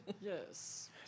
Yes